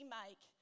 make